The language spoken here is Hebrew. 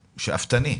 שאפתני.